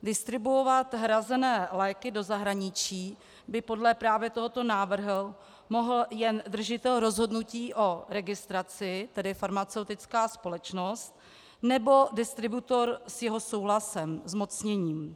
Distribuovat hrazené léky do zahraničí by podle právě tohoto návrhu mohl jen držitel rozhodnutí o registraci, tedy farmaceutická společnost, nebo distributor s jeho souhlasem, zmocněním.